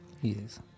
Yes